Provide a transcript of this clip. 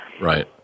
Right